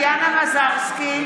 ההצבעה לא חוקית.